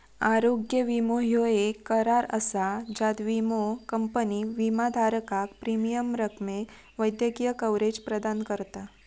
आरोग्य विमो ह्यो येक करार असा ज्यात विमो कंपनी विमाधारकाक प्रीमियम रकमेक वैद्यकीय कव्हरेज प्रदान करता